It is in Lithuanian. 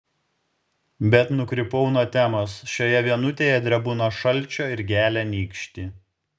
bet nukrypau nuo temos šioje vienutėje drebu nuo šalčio ir gelia nykštį